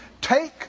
Take